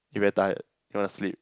you very tired you wanna sleep